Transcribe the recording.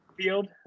field